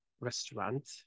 restaurant